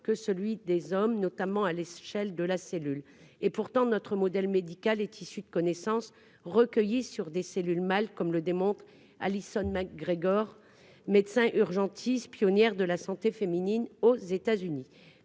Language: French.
que celui des hommes, notamment à l'échelle de la cellule et pourtant notre modèle médical est issu de connaissances recueillies sur des cellules mal, comme le démontre, Allison Grégor, médecin urgentiste, pionnière de la santé féminine aux États-Unis